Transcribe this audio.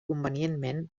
convenientment